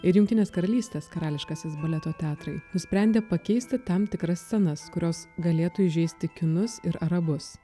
ir jungtinės karalystės karališkasis baleto teatrai nusprendė pakeisti tam tikras scenas kurios galėtų įžeisti kinus ir arabus